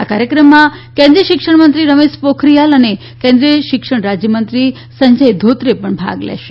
આ કાર્યક્રમમાં કેન્દ્રીય શિક્ષણ મંત્રી રમેશ પોખરીયલ અને કેન્દ્રીય શિક્ષણ રાજ્યમંત્રી સંજય ધોત્રે પણ ભાગ લેશે